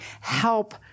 help